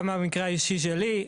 גם במקרה האישי שלי,